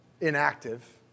inactive